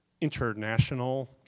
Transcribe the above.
international